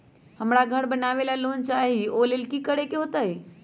हमरा घर बनाबे ला लोन चाहि ओ लेल की की करे के होतई?